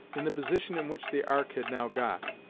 in the position in which the ark had now got,